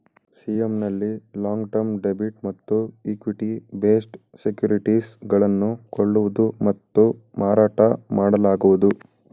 CM ನಲ್ಲಿ long term debit ಮತ್ತು equity based securities ಗಳನ್ನು ಕೊಳ್ಳುವುದು ಮತ್ತು ಮಾರಾಟ ಮಾಡಲಾಗುವುದು